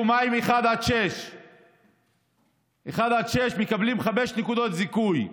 מה עם 1 6. 1 6 מקבלים 5 נקודות זיכוי.